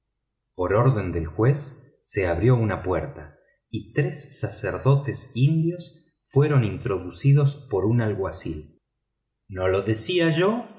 por orden del juez se abrió una puerta y tres sacerdotes indios fueron introducidos por un alguacil no lo decía yo